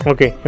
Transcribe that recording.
Okay